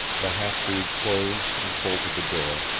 the half-breed closed and bolted the door,